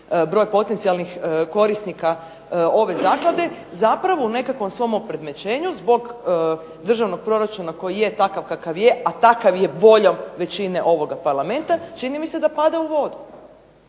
broj potencijalnih korisnika ove Zaklade zapravo u nekakvom svom opredmećenju zbog državnog proračuna koji je takav kakav je, a takav je voljom većine ovoga Parlamenta čini mi se da pada u vodu.